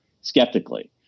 skeptically